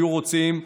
היו רוצים,